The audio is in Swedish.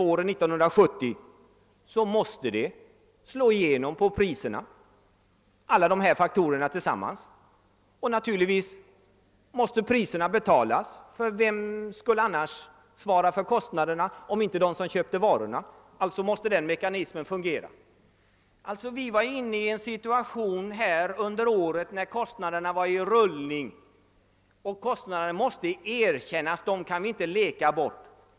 våren 1970, måste alla dessa faktorer tillsammans slå igenom på priserna. Och naturligtvis måste priserna betalas, ty vilka skulle annars svara för kostnaderna om inte de som köper varorna? Alltså måste den mekanismen fungera. Vi var under året inne i en situation där kostnaderna var i rullning, och kostnaderna måste erkännas; dem kan vi inte leka bort.